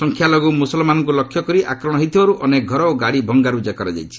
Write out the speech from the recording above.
ସଂଖ୍ୟାଲଘୁ ମୁସଲମାନଙ୍କୁ ଲକ୍ଷ୍ୟ କରି ଆକ୍ରମଣ ହୋଇଥିବାରୁ ଅନେକ ଘର ଓ ଗାଡ଼ି ଭଙ୍ଗାରୁଜା କରାଯାଇଛି